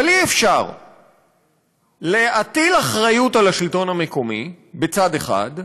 אבל אי-אפשר להטיל אחריות על השלטון המקומי בצד אחד,